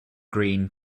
green